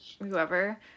whoever